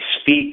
speak